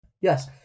Yes